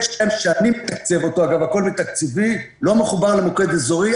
שאני מתקצב אותו לא מחובר למוקד אזורי.